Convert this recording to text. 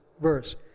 verse